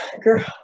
Girl